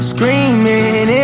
Screaming